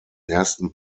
ersten